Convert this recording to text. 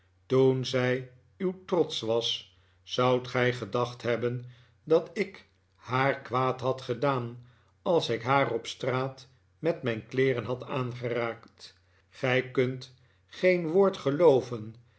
toen zij uw trots was zoudt gij gedacht hebben dat ik haar kwaad had gedaan als ik haar op straat met mijn kleeren had aangeraakt gij kunt geen woord gelooven